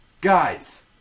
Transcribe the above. Guys